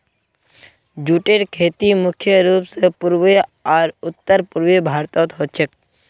जूटेर खेती मुख्य रूप स पूर्वी आर उत्तर पूर्वी भारतत ह छेक